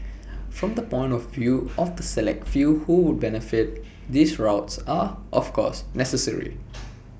from the point of view of the select few who would benefit these routes are of course necessary